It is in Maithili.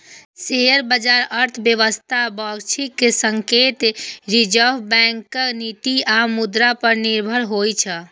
शेयर बाजार अर्थव्यवस्था, वैश्विक संकेत, रिजर्व बैंकक नीति आ मुद्रा पर निर्भर होइ छै